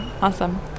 Awesome